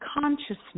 consciousness